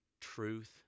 truth